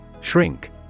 Shrink